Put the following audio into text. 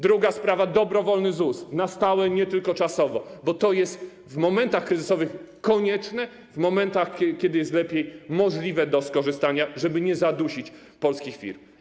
Druga sprawa: dobrowolny ZUS na stałe, nie tylko czasowo, bo to jest w momentach kryzysowych konieczne, w momentach, kiedy jest lepiej, by była możliwość skorzystania, żeby nie zadusić polskich firm.